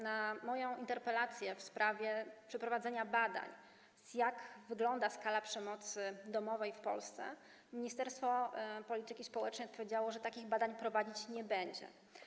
Na moją interpelację w sprawie przeprowadzenia badań na temat tego, jak wygląda skala przemocy domowej w Polsce, ministerstwo polityki społecznej odpowiedziało, że takich badań prowadzić nie będzie.